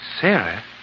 Sarah